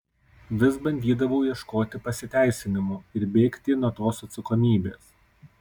vis bandydavau ieškoti pasiteisinimų ir bėgti nuo tos atsakomybės